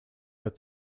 but